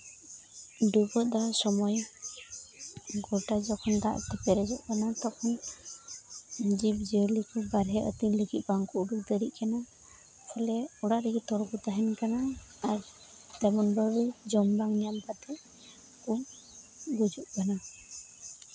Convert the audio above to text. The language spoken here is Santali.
ᱰᱩᱵᱟᱹ ᱫᱟᱜ ᱥᱚᱢᱚᱭ ᱜᱳᱴᱟ ᱡᱚᱠᱷᱚᱱ ᱫᱟᱜ ᱛᱮ ᱯᱮᱨᱮᱡᱚᱜ ᱠᱟᱱᱟ ᱛᱚᱠᱷᱚᱱ ᱡᱤᱵᱽᱼᱡᱤᱭᱟᱹᱞᱤ ᱠᱚ ᱵᱟᱦᱨᱮ ᱟᱹᱛᱤᱧ ᱞᱟᱹᱜᱤᱫ ᱵᱟᱝᱠᱚ ᱩᱰᱩᱠ ᱫᱟᱲᱮᱜ ᱠᱟᱱᱟ ᱯᱷᱚᱞᱮ ᱚᱲᱟᱜ ᱨᱮᱜᱮ ᱛᱚᱞ ᱠᱚ ᱛᱟᱦᱮᱱ ᱠᱟᱱᱟ ᱟᱨ ᱛᱮᱢᱚᱱ ᱵᱷᱟᱵᱮ ᱡᱚᱢ ᱵᱟᱝ ᱧᱟᱢ ᱠᱟᱛᱮᱜ ᱩᱢ ᱜᱩᱡᱩᱜ ᱠᱟᱱᱟ